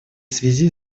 связи